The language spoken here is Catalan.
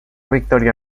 victòria